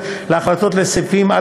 ד.